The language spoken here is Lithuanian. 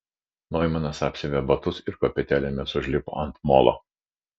noimanas apsiavė batus ir kopėtėlėmis užlipo ant molo